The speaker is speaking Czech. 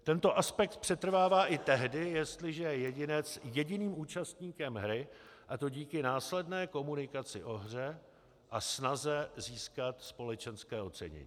Tento aspekt přetrvává i tehdy, jestliže je jedinec jediným účastníkem hry, a to díky následné komunikaci o hře a snaze získat společenské ocenění.